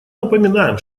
напоминаем